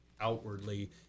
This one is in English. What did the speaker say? outwardly